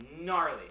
gnarly